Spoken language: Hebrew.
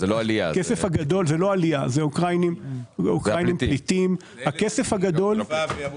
הכסף הגדול שיש שם הוא לטובת ביטוח רפואי מכיוון